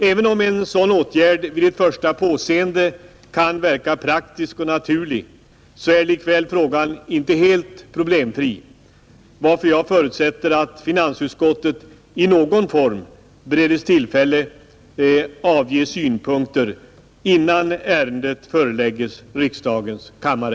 Även om en sådan åtgärd vid det första påseendet kan verka praktisk och naturlig är frågan likväl inte helt problemfri, varför jag förutsätter att finansutskottet i någon form beredes tillfälle avge synpunkter innan ärendet förelägges riksdagens kammare.